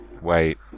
Wait